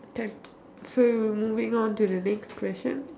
so we moving on to the next question